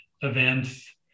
events